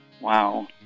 Wow